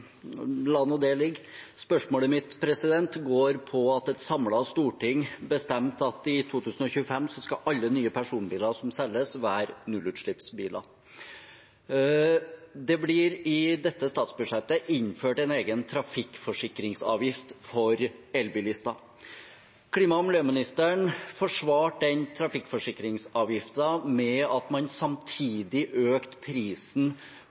det ligge. Spørsmålet mitt går på at et samlet storting bestemte at alle nye personbiler som selges i 2025, skal være nullutslippsbiler. Det blir i dette statsbudsjettet innført en egen trafikkforsikringsavgift for elbilister. Klima- og miljøministeren forsvarte trafikkforsikringsavgiften med at man samtidig økte prisen